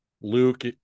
Luke